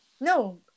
No